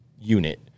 unit